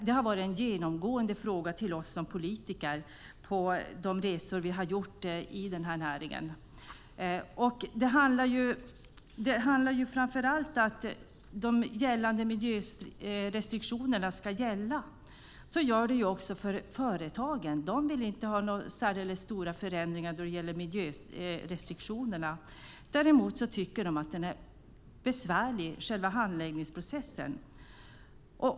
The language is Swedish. Det har varit en genomgående fråga till oss som politiker på de resor vi har gjort då vi har besökt näringen. Det handlar framför allt om att gällande miljörestriktioner ska gälla. Så är det också för företagen; de vill inte ha några särdeles stora förändringar när det gäller miljörestriktionerna. Däremot tycker de att själva handläggningsprocessen är besvärlig.